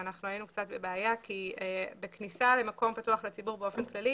והיינו קצת בבעיה כי בכניסה למקום פתוח לציבור באופן כללי,